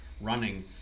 running